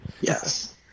Yes